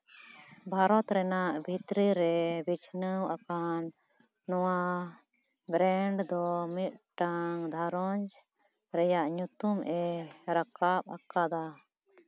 ᱵᱷᱟᱨᱚᱛ ᱨᱮᱱᱟᱜ ᱵᱷᱤᱛᱨᱤ ᱨᱮ ᱵᱤᱪᱷᱱᱟᱹᱣ ᱟᱠᱟᱱ ᱱᱚᱣᱟ ᱨᱮᱱᱴ ᱫᱚ ᱢᱤᱫᱴᱟᱝ ᱜᱷᱟᱸᱨᱚᱡᱽ ᱨᱮᱭᱟᱜ ᱧᱩᱛᱩᱢᱼᱮ ᱨᱟᱠᱟᱯ ᱟᱠᱟᱫᱟ